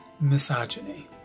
misogyny